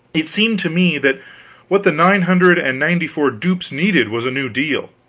it seemed to me that what the nine hundred and ninety-four dupes needed was a new deal.